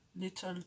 little